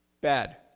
Bad